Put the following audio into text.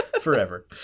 forever